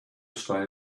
stay